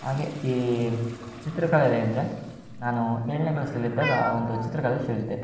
ಹಾಗೆ ಈ ಚಿತ್ರಕಲೇಲ್ಲಿ ಅಂದರೆ ನಾನು ಏಳನೇ ಕ್ಲಾಸ್ಸಲ್ಲಿದ್ದಾಗ ಒಂದು ಚಿತ್ರಕಲೇಲ್ಲಿ ಸೇರಿದ್ದೆ